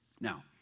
Now